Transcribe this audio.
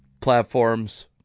platforms